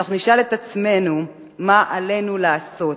נשאל את עצמנו מה עלינו לעשות,